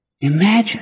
Imagine